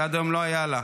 שעד היום לא היה לה,